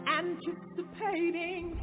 anticipating